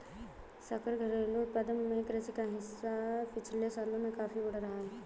सकल घरेलू उत्पाद में कृषि का हिस्सा पिछले सालों में काफी बढ़ा है